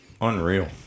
Unreal